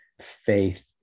faith